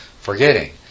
forgetting